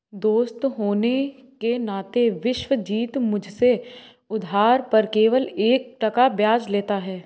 दोस्त होने के नाते विश्वजीत मुझसे उधार पर केवल एक टका ब्याज लेता है